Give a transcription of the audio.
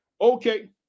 Okay